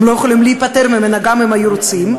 הם לא יכולים להיפטר ממנה גם אם היו רוצים,